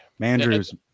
Andrews